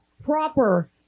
proper